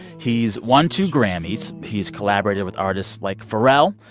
he's won two grammys. he's collaborated with artists like pharrell.